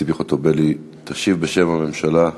ציפי חוטובלי תשיב בשם הממשלה,